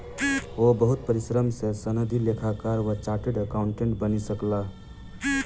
ओ बहुत परिश्रम सॅ सनदी लेखाकार वा चार्टर्ड अकाउंटेंट बनि सकला